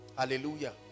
Hallelujah